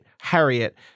Harriet